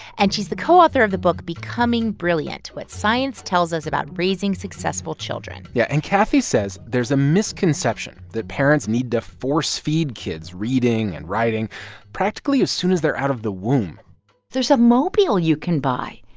and she's the co-author of the book becoming brilliant what science tells us about raising successful children. yeah. and kathy says there's a misconception that parents need to force-feed kids reading and writing practically as soon as they're out of the womb there's a mobile you can buy.